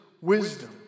wisdom